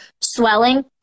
swelling